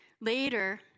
Later